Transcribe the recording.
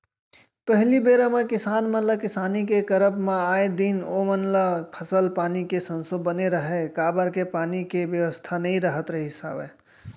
पहिली बेरा म किसान मन ल किसानी के करब म आए दिन ओमन ल फसल पानी के संसो बने रहय काबर के पानी के बेवस्था नइ राहत रिहिस हवय